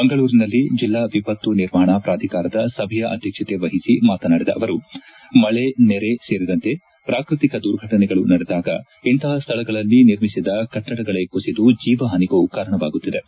ಮಂಗಳೂರಿನಲ್ಲಿಂದು ಜಿಲ್ಲಾ ವಿಪತ್ತು ನಿರ್ವಹಣಾ ಪ್ರಾಧಿಕಾರದ ಸಭೆಯ ಅಧ್ಯಕ್ಷತೆ ವಹಿಸಿ ಮಾತನಾಡಿದ ಅವರು ಮಳೆ ನೆರೆ ಸೇರಿದಂತೆ ಪ್ರಾಕೃತಿಕ ದುರ್ಘಟನೆಗಳು ನಡೆದಾಗ ಇಂತಹ ಸ್ಥಳಗಳಲ್ಲಿ ನಿರ್ಮಿಸಿದ ಕಟ್ಟಡಗಳೇ ಕುಸಿದು ಜೀವಹಾನಿಗೂ ಕಾರಣವಾಗುತ್ತಿವೆ